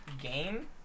game